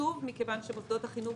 שוב מכיוון שמוסדות החינוך